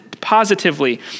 positively